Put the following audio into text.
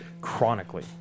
chronically